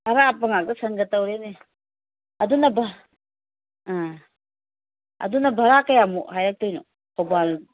ꯑꯔꯥꯄꯄ ꯉꯥꯛꯇ ꯁꯪꯒ ꯇꯧꯔꯦꯅꯦ ꯑꯗꯨꯅ ꯑꯗꯨꯅ ꯚꯔꯥ ꯀꯌꯥꯃꯨꯛ ꯍꯥꯏꯔꯛꯇꯣꯏꯅꯣ ꯊꯧꯕꯥꯜ